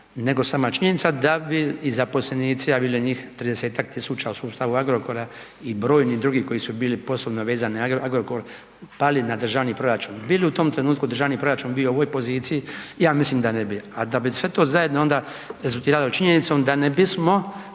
nego sama činjenica da bi i zaposlenici javilo njih 30-ak tisuća u sustavu Agrokora i brojni drugi koji su bili poslovno vezani za Agrokor pali na državni proračun. Bi li u tom trenutku državni proračun bio u ovoj poziciji? Ja mislim da ne bi. A da bi sve to zajedno onda rezultirali činjenicom da ne bismo